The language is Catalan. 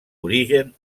origen